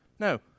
No